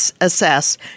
assess